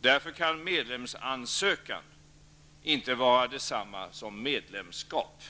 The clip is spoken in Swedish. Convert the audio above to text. Därför kan medlemsansökan inte vara detsamma som medlemskap.